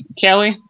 kelly